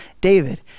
David